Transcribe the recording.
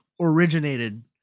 originated